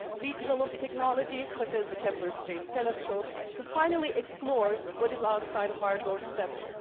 we developed technologies such as the kepler space telescope to finally explore what is outside of our doorstep,